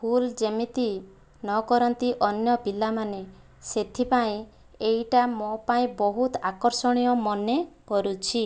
ଭୁଲ ଯେମିତି ନ କରନ୍ତି ଅନ୍ୟ ପିଲାମାନେ ସେଥିପାଇଁ ଏହିଟା ମୋ ପାଇଁ ବହୁତ ଆକର୍ଷଣୀୟ ମନେ କରୁଛି